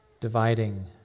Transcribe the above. dividing